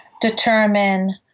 determine